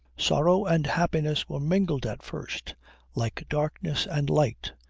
sorrow and happiness were mingled at first like darkness and light.